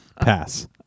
Pass